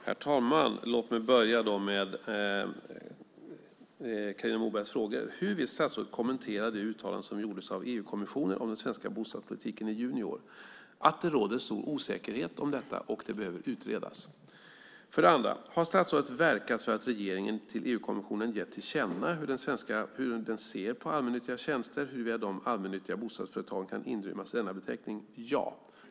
Herr talman! Låt mig börja med Carina Mobergs frågor. Hon frågar: Hur vill statsrådet kommentera det uttalande som gjordes av EU-kommissionen om den svenska bostadspolitiken i juni i år? Det råder stor osäkerhet om detta, och det behöver utredas, menar Carina Moberg. Hon frågar sedan: Har statsrådet verkat för att regeringen till EU-kommissionen gett till känna hur den ser på allmännyttiga tjänster och huruvida de allmännyttiga bostadsföretagen kan inrymmas i denna beteckning? Svaret är ja.